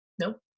nope